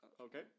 Okay